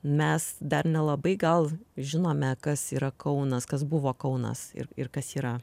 mes dar nelabai gal žinome kas yra kaunas kas buvo kaunas ir ir kas yra